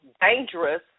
dangerous